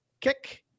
kick